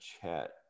chat